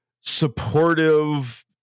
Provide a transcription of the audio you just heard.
supportive